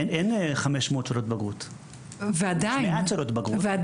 אין 500 שאלות בגרות, יש מעט שאלות בגרות.